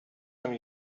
some